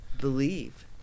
Believe